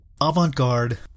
avant-garde